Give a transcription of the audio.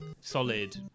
solid